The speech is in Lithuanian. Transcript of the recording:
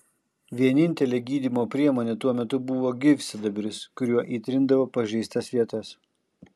vienintelė gydymo priemonė tuo metu buvo gyvsidabris kuriuo įtrindavo pažeistas vietas